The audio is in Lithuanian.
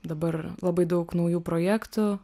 dabar labai daug naujų projektų